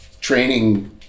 training